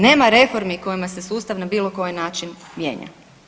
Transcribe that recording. Nema reformi kojima se sustav na bilo koji način mijenja.